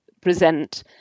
present